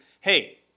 hey